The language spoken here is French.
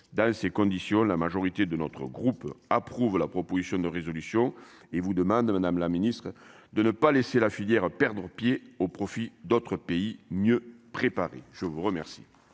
dans ces conditions, la majorité de notre groupe, approuve la proposition de résolution et vous demande, Madame la Ministre, de ne pas laisser la filière perdant pied au profit d'autres pays, mieux préparés, je vous remercie.